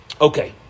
Okay